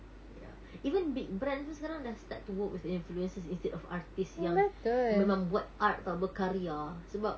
ya even big brands pun sekarang dah start to work with influencers instead of artists yang memang buat art [tau] berkarya